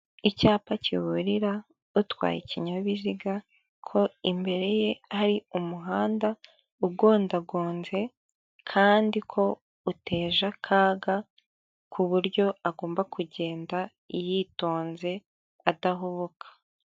Icyapa kiburira utwaye ikinyabiziga ko imbere ye hari umuhanda ugondagonze kandi ko uteje akaga ku buryo agomba kugenda yitonze adahubuka.